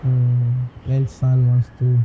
mm and son wants too